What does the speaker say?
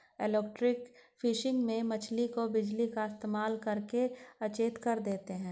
electrofishing में मछली को बिजली का इस्तेमाल करके अचेत कर देते हैं